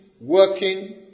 working